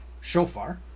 shofar